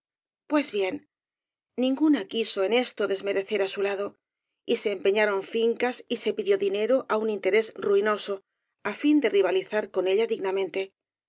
pues bien ninguna quiso en esto desmerecer á su lado y se empeñaron fincas y se pidió dinero á un interés ruinoso á fin de rivalizar con ella dignamente